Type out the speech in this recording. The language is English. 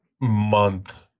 month